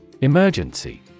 Emergency